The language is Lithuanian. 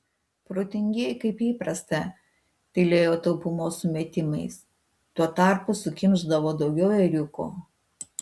protingieji kaip įprasta tylėjo taupumo sumetimais tuo tarpu sukimšdavo daugiau ėriuko